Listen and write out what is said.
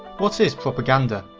what is propaganda?